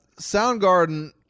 Soundgarden